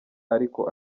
ariko